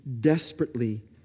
desperately